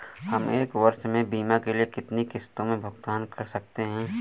हम एक वर्ष में बीमा के लिए कितनी किश्तों में भुगतान कर सकते हैं?